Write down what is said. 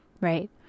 Right